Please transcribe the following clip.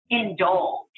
indulge